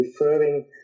referring